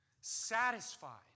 satisfied